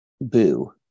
boo